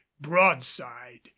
broadside